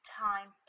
time